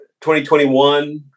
2021